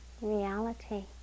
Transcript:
reality